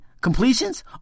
Completions